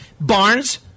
Barnes